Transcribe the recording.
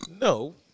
No